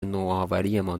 نوآوریمان